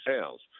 sales